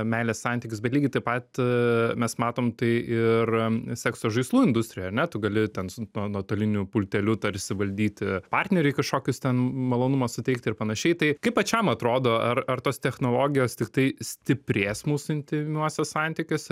meilės santykius bet lygiai taip pat mes matom tai ir sekso žaislų industrijoj ar ne tu gali ten su no nuotoliniu pulteliu tarsi valdyti partneriui kažkokius ten malonumą suteikti ir panašiai tai kaip pačiam atrodo ar ar tos technologijos tiktai stiprės mūsų intymiuose santykiuose